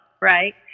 right